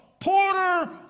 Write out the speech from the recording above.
Porter